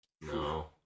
No